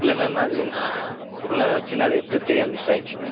இல்லை மேம் அது நான் ஒழுங்காக தான் வச்சுருந்தேன் அது எப்படியோ தெரியாமல் மிஸ் ஆயிடுச்சு மேம்